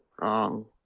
wrong